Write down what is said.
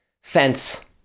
Fence